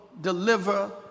deliver